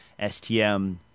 STM